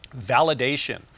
validation